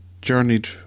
journeyed